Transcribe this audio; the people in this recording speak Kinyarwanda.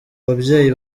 babyeyi